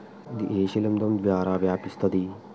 ఇది ఏ శిలింద్రం ద్వారా వ్యాపిస్తది?